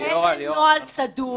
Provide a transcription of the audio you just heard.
אין נוהל סדור.